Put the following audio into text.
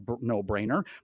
no-brainer